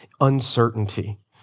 uncertainty